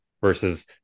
versus